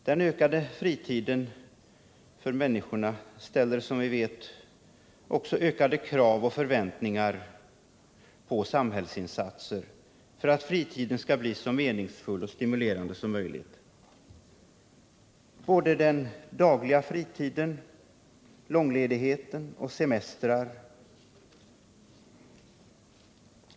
Den ökade fritiden för människorna ställer som vi vet också ökade krav och förväntningar på samhällsinsatser för att fritiden skall bli så meningsfull och stimulerande som möjligt = Fritidspolitiken när det gäller såväl den dagliga fritiden som långledighet och semestrar.